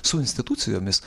su institucijomis